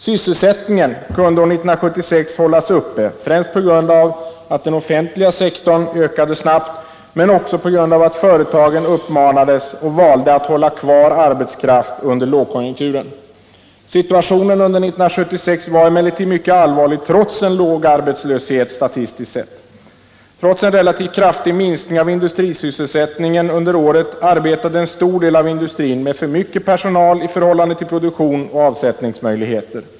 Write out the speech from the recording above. Sysselsättningen kunde år 1976 hållas uppe främst på grund av att den offentliga sektorn ökade snabbt men också på grund av att företagen uppmanades och valde att hålla kvar arbetskraft under lågkonjunkturen. Situationen under 1976 var emellertid mycket allvarlig trots en statistiskt sett låg arbetslöshet. Trots en relativt kraftig minskning av industrisysselsättningen under året arbetade en stor del av industrin med för mycket personal i förhållande till produktion och avsättningsmöjligheter.